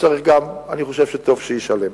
אני חושב שטוב שישלם.